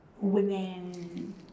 women